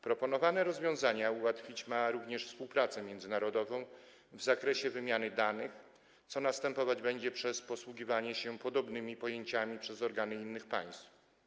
Proponowane rozwiązanie ułatwić ma również współpracę międzynarodową w zakresie wymiany danych, co następować będzie przez posługiwanie się podobnymi pojęciami przez organy innych państw.